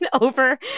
over